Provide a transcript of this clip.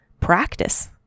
practice